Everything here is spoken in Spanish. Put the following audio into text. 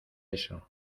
eso